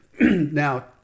now